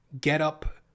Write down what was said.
get-up